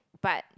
but